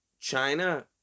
China